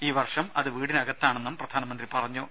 ഈ വർഷം അത് വീടിനകത്താണെന്നും പ്രധാനമന്ത്രി പറഞ്ഞു